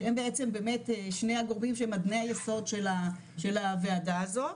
שהם בעצם שני הגורמים שהם אבני היסוד של הוועדה הזאת